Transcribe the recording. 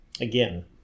again